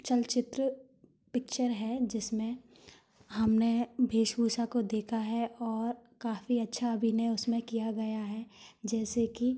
चलचित्र पिक्चर है जिसमें हमने वेशभूषा को देखा है और काफ़ी अच्छा अभिनय उसमें किया गया है जैसे कि